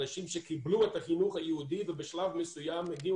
אנשים שקיבלו חינוך יהודי ובשלב מסוים הגיעו